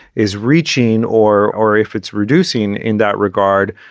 is reaching or or if it's reducing in that regard,